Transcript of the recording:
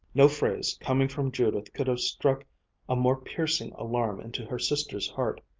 no phrase coming from judith could have struck a more piercing alarm into her sister's heart.